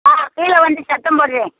ஆ கீழே வந்து சத்தம் போட்டுறேன்